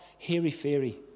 hairy-fairy